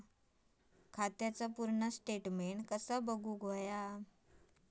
खात्याचा पूर्ण स्टेटमेट कसा बगायचा?